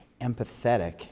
empathetic